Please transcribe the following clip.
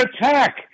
attack